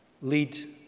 lead